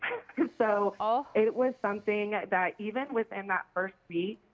so ah it it was something that even within that first week,